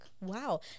wow